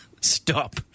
stop